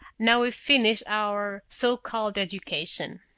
now we've finished our so-called education?